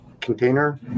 container